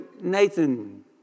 Nathan